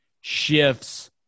shifts